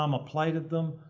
um a plate of them,